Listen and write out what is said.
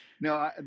No